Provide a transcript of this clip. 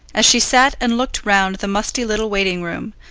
as she sat and looked round the musty little waiting-room,